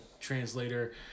translator